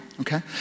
okay